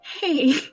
Hey